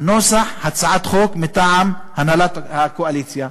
נוסח הצעת חוק מטעם הנהלת הקואליציה.